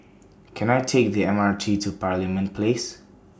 Can I Take The M R T to Parliament Place